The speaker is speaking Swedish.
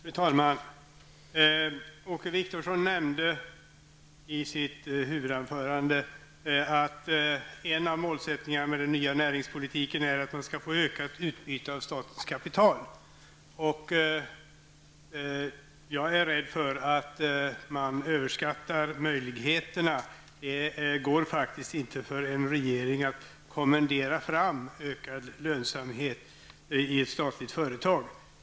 Fru talman! Åke Wictorsson nämnde i sitt huvudanförande att ett av målen med den nya näringspolitiken är att man skall få ökat utbyte av statens kapital. Jag är rädd för att man överskattar möjligheterna. Det går faktiskt inte för en regering att kommendera fram ökad lönsamhet i ett statligt företag.